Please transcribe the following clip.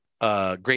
Great